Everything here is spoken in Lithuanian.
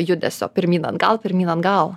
judesio pirmyn atgal pirmyn atgal